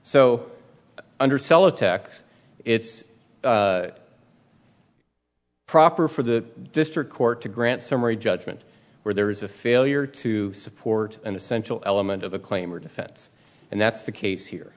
so undersell a tax it's proper for the district court to grant summary judgment where there is a failure to support an essential element of a claim or defense and that's the case